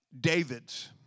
Davids